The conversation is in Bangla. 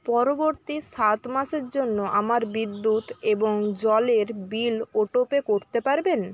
পরবর্তী সাত মাসের জন্য আমার বিদ্যুৎ এবং জলের বিল ওটোপে করতে পারবেন